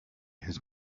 his